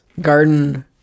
Garden